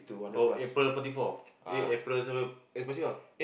oh April forty four eh April s~ ah